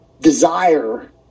Desire